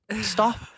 Stop